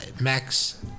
Max